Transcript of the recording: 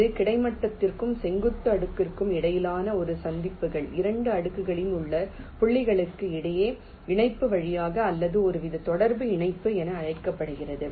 ஒரு கிடைமட்டத்திற்கும் செங்குத்து அடுக்குக்கும் இடையிலான இந்த சந்திப்புகள் 2 அடுக்குகளில் உள்ள புள்ளிகளுக்கு இடையில் இணைப்பு வழியாக அல்லது ஒருவித தொடர்பு இணைப்பு என அழைக்கப்படுகிறது